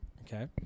okay